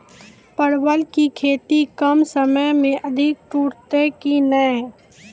परवल की खेती कम समय मे अधिक टूटते की ने?